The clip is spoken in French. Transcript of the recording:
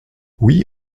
oui